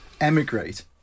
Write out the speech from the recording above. emigrate